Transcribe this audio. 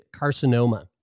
carcinoma